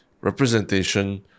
representation